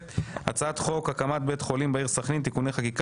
הכנסת; 3. הצעת חוק הקמת בית חולים בעיר סח'נין (תיקוני חקיקה),